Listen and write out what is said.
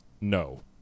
no